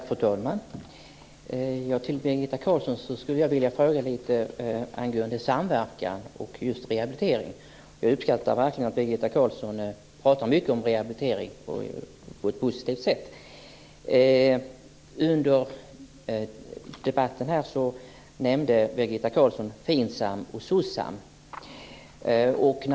Fru talman! Jag skulle vilja fråga Birgitta Carlsson angående samverkan och rehabilitering. Jag uppskattar att Birgitta Carlsson pratar mycket om rehabilitering på ett positivt sätt. FINSAM och SOCSAM.